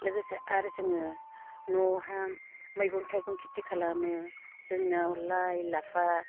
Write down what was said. लोगोसे आरो जोङो न'आवहाय मैगं थाइगं खेथि खालामो जोंनियाव लाइ लाफा